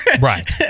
Right